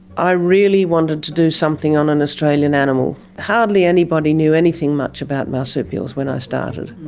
i really wanted to do something on an australian animal. hardly anybody knew anything much about marsupials when i started.